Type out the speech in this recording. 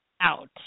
out